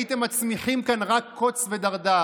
הייתם מצמיחים כאן רק קוץ ודרדר,